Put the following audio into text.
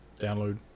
download